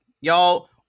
y'all